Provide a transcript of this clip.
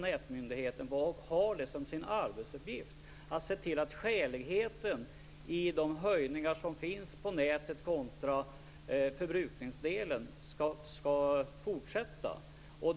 Nätmyndigheten har som sin arbetsuppgift att se till att det finns en skälighet i förhållandet mellan de höjningar som görs på nätdelen och de som görs på förbrukningsdelen också i fortsättningen.